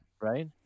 Right